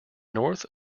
north